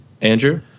Andrew